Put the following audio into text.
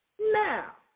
Now